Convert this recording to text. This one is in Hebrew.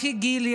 לפי גיל,